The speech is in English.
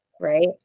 right